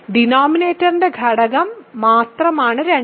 ഡിനോമിനേറ്ററിന്റെ ഘടകം മാത്രമാണ് 2